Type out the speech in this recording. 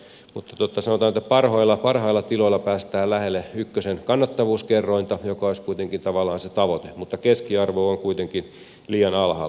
sanotaan nyt että parhailla tiloilla päästään lähelle ykkösen kannattavuuskerrointa joka olisi kuitenkin tavallaan se tavoite mutta keskiarvo on kuitenkin liian alhaalla